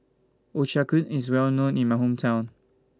Ochazuke IS Well known in My Hometown